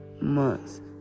months